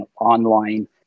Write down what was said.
online